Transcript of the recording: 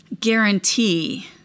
guarantee